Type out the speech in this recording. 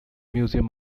museum